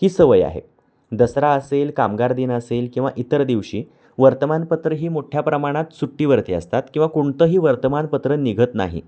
ही सवय आहे दसरा असेल कामगार दिन असेल किंवा इतर दिवशी वर्तमानपत्रं ही मोठ्या प्रमाणात सुट्टीवरती असतात किंवा कोणतंही वर्तमानपत्र निघत नाही